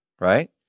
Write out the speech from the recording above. right